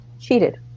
cheated